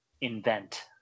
invent